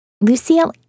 Lucille